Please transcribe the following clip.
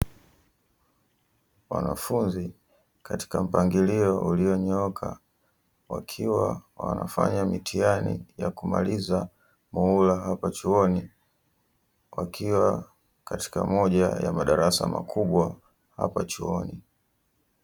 Wanafunzi katika mpangilio ulionyooka wakiwa wanafanya mitihani ya kumaliza muhula wa hapa chuoni, wakiwa katika moja ya madarasa makubwa hapa chuoni.